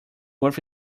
worth